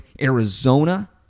Arizona